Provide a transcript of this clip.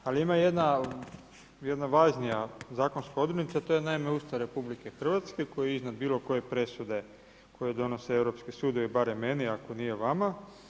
Ali ima jedna važnija zakonska odrednica a to je naime Ustav RH koji je iznad bilo koje presude koju donose europski sudovi, barem meni ako nije vama.